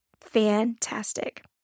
fantastic